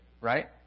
right